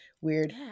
weird